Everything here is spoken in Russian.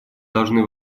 должны